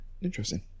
Interesting